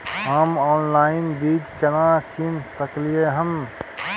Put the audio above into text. हम ऑनलाइन बीज केना कीन सकलियै हन?